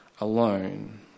alone